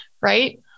Right